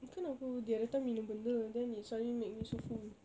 kan aku the other time minum benda then it suddenly made me so full